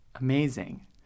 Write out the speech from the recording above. Amazing